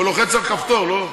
הוא לוחץ על כפתור, לא?